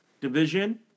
division